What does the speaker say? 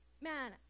Man